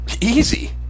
Easy